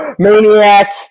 Maniac